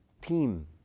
team